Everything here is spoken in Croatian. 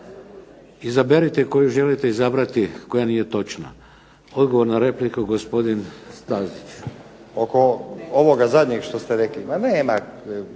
Izaberite koju želite izabrati koja nije točna. Odgovor na repliku, gospodin Stazić. **Stazić, Nenad (SDP)** Oko ovoga zadnjeg što ste rekli, ma